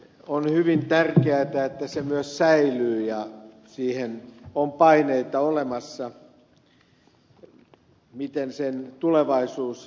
on hyvin tärkeätä että se myös säilyy ja siihen on paineita olemassa miten sen tulevaisuus järjestyy